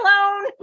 alone